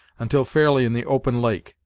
until fairly in the open lake,